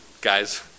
Guys